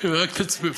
ורק תצביעו.